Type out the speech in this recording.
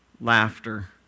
laughter